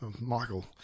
Michael